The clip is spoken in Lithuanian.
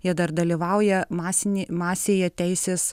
jie dar dalyvauja masinį masėje teisės